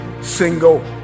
single